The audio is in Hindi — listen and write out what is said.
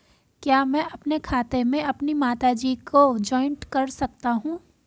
क्या मैं अपने खाते में अपनी माता जी को जॉइंट कर सकता हूँ?